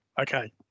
Okay